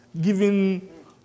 giving